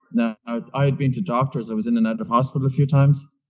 now i'd i'd been to doctors. i was in and out of hospital a few times.